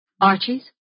Archie's